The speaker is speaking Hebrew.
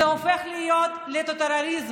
זה הופך להיות טוטליטריזם,